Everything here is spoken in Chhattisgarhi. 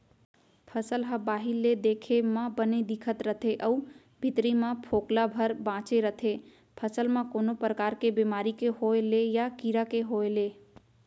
फसल ह बाहिर ले देखे म बने दिखत रथे अउ भीतरी म फोकला भर बांचे रथे फसल म कोनो परकार के बेमारी के होय ले या कीरा के होय ले